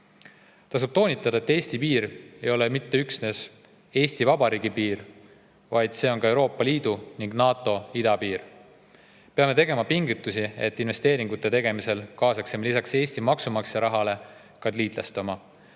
Tasub toonitada, et Eesti piir ei ole mitte üksnes Eesti Vabariigi piir, vaid see on ka Euroopa Liidu ja NATO idapiir. Peame tegema pingutusi, et investeeringute tegemisel kaasaksime lisaks Eesti maksumaksja rahale ka liitlaste oma.